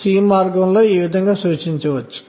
ఇంకా వివరిస్తాను